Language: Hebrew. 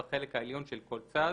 בחלק העליון של כל צד,